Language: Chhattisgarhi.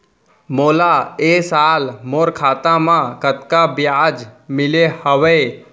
मोला ए साल मोर खाता म कतका ब्याज मिले हवये?